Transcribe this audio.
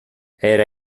era